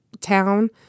town